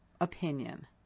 opinion